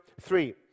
three